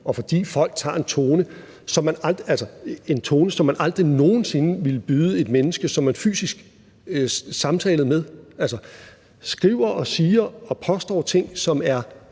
og fordi folk bruger en tone, som man aldrig nogen sinde ville byde et menneske, som man fysisk samtaler med. Folk skriver og siger og påstår ting, som er